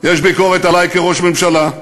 יש ביקורת עלי, כראש ממשלה,